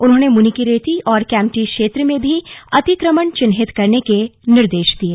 उन्होंने मुनिकीरेती और कैम्पटी क्षेत्र में भी अतिक्रमण चिहिन्त करने के निर्देश दिये